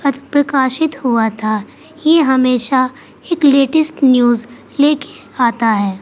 پتھ پرکاشت ہوا تھا یہ ہمیشہ ایک لیٹسٹ نیوز لے کے آتا ہے